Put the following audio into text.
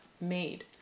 made